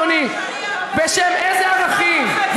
אדוני: בשם איזה ערכים,